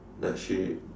like she